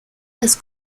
las